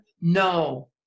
No